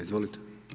Izvolite.